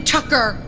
Tucker